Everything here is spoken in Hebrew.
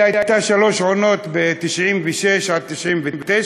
היא הייתה שלוש עונות ב-1996 עד 1999,